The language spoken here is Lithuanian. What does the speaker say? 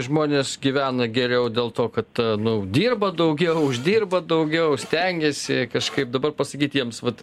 žmonės gyvena geriau dėl to kad nu dirba daugiau uždirba daugiau stengiasi kažkaip dabar pasakyt jiems vat